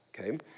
okay